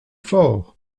fort